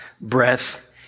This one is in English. breath